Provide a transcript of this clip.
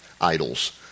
idols